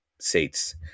seats